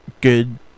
good